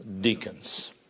deacons